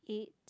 eight